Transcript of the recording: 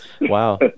Wow